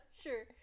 sure